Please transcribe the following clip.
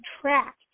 track